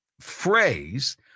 phrase